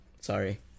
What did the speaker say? sorry